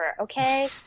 okay